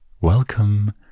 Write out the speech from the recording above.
welcome